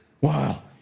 Wow